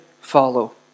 follow